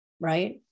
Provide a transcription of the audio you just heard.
right